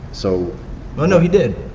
so oh no, he did.